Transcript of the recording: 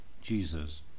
Jesus